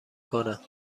کنم